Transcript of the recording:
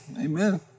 Amen